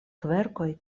kverkoj